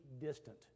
distant